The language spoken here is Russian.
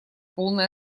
полной